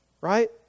right